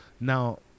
Now